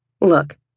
Look